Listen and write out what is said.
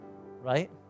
right